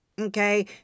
okay